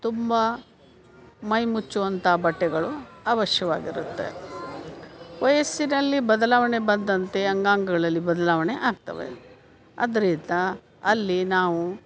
ತುಂಬ ಮೈ ಮುಚ್ಚುವಂಥ ಬಟ್ಟೆಗಳು ಅವಶ್ಯವಾಗಿರುತ್ತೆ ವಯಸ್ಸಿನಲ್ಲಿ ಬದಲಾವಣೆ ಬಂದಂತೆ ಅಂಗಾಂಗಗಳಲ್ಲಿ ಬದಲಾವಣೆ ಆಗ್ತವೆ ಅದರಿಂದ ಅಲ್ಲಿ ನಾವು